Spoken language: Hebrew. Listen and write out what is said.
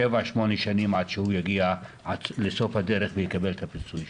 שבע שמונה שנים עד שהוא יגיע לסוף הדרך ויקבל את הפיצוי שלו.